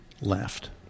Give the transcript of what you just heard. left